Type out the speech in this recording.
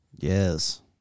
Yes